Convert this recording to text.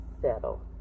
settle